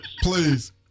Please